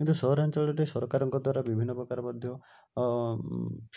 କିନ୍ତୁ ସହରାଞ୍ଚଳରେ ସରକାରଙ୍କ ଦ୍ଵାରା ବିଭିନ୍ନପ୍ରକାର ମଧ୍ୟ